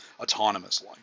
autonomously